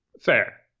Fair